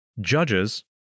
Judges